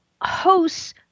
hosts